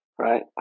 right